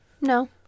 No